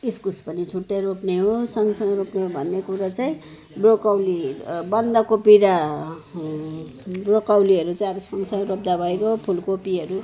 इस्कुस पनि छुट्टै रोप्ने हो सँगसँगै रोप्ने भन्ने कुरो चाहिँ ब्रोकौली बन्दकोपी र ब्रोकौलीहरू चाहिँ अब सँगसँगै रोप्दा भइगयो फुलकोपीहरू